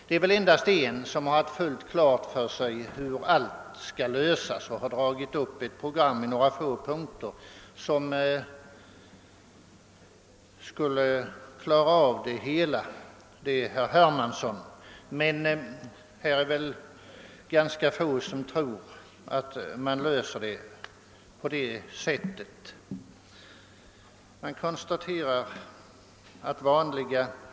Det är väl endast en av talarna som har haft fullt klart för sig hur allt skall lösas och som har dragit upp ett program i några få punkter som skulle klara av det hela. Det är herr Hermansson. Det är väl emellertid ganska få som tror att problemen löses på det sättet.